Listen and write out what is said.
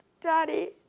daddy